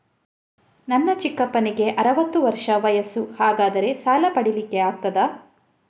ನನ್ನ ಚಿಕ್ಕಪ್ಪನಿಗೆ ಅರವತ್ತು ವರ್ಷ ವಯಸ್ಸು, ಹಾಗಾದರೆ ಸಾಲ ಪಡೆಲಿಕ್ಕೆ ಆಗ್ತದ?